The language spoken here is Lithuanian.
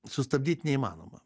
sustabdyt neįmanoma